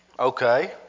Okay